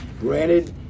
Granted